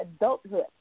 adulthood